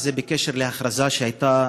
בקשר להכרזה שהייתה,